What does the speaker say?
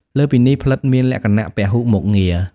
លើសពីនេះ ផ្លិតមានលក្ខណៈ ពហុមុខងារ។